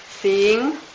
seeing